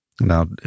Now